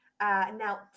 Now